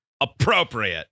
appropriate